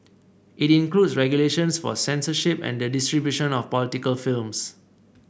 it includes regulations for censorship and the distribution of political films